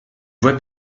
voie